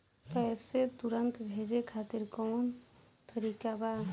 पैसे तुरंत भेजे खातिर कौन तरीका बा?